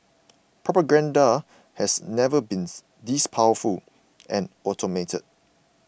propaganda has never been this powerful and automated